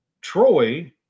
Troy